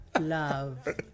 love